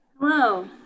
hello